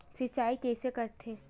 सिंचाई कइसे करथे?